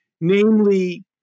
namely